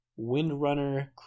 Windrunner